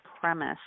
premise